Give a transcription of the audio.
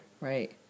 right